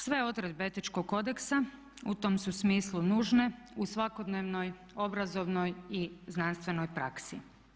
Sve odredbe etičkog kodeksa u tom su smislu nužne u svakodnevnoj obrazovnoj i znanstvenoj praksi.